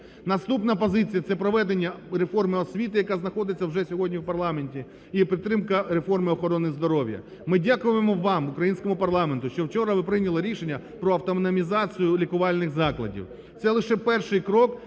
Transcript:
наступна позиція – це проведення реформи освіти, яка знаходиться вже сьогодні у парламенті, і підтримка реформи охорони здоров'я. Ми дякуємо вам, українському парламенту, що вчора ви прийняли рішення про автономізацію лікувальних закладів. Це лише перший крок,